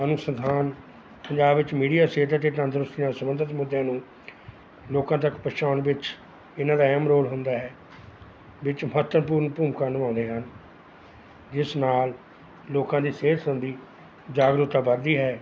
ਅਨੁਸਥਾਨ ਪੰਜਾਬ ਵਿੱਚ ਮੀਡੀਆ ਸਿਹਤ ਅਤੇ ਤੰਦਰੁਸਤੀ ਨਾਲ ਸੰਬੰਧਿਤ ਮੁੱਦਿਆਂ ਨੂੰ ਲੋਕਾਂ ਤੱਕ ਪਹੁੰਚਾਉਣ ਵਿੱਚ ਇਹਨਾਂ ਦਾ ਅਹਿਮ ਰੋਲ ਹੁੰਦਾ ਹੈ ਵਿੱਚ ਮਹੱਤਵਪੂਰਨ ਭੂਮਿਕਾ ਨਿਭਾਉਂਦੇ ਹਨ ਜਿਸ ਨਾਲ ਲੋਕਾਂ ਦੀ ਸਿਹਤ ਸੰਬੰਧੀ ਜਾਗਰੂਕਤਾ ਵੱਧਦੀ ਹੈ